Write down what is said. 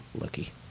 Lucky